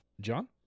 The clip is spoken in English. John